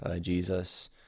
Jesus